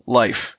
life